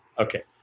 okay